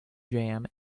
jam